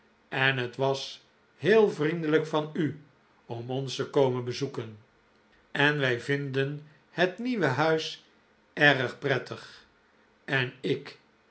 en het was heel vriendelijk van u om ons te komen bezoeken en wij vinden het nieuwe huis erg prettig en ik